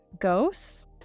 ghosts